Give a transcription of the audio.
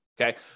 Okay